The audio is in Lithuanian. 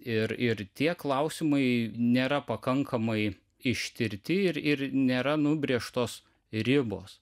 ir ir tie klausimai nėra pakankamai ištirti ir ir nėra nubrėžtos ribos